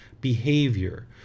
behavior